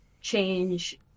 change